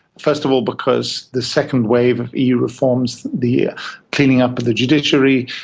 first of all because the second wave of eu reforms the cleaning up of the judiciary,